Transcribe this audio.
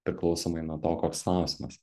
priklausomai nuo to koks klausimas